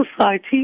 society